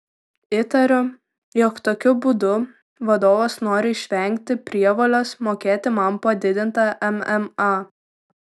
įtariu jog tokiu būdu vadovas nori išvengti prievolės mokėti man padidintą mma